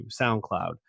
soundcloud